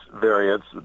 variants